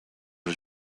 was